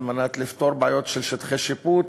על מנת לפתור בעיות של שטחי שיפוט,